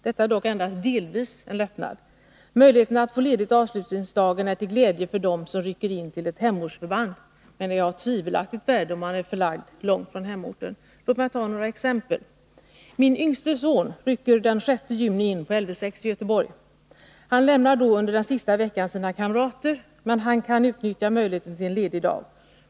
Detta är dock endast delvis en lättnad. Möjligheten att få ledigt avslutningsdagen är till glädje för dem som rycker in till ett hemortsförband men är av tvivelaktigt värde om man är förlagd långt från hemorten. Låt mig ta några exempel. Min yngste son rycker den 6 juni in på Lv 6 i Göteborg. Han lämnar då under den sista veckan av terminen sina kamrater, men han kan utnyttja möjligheten till en ledig dag.